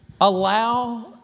allow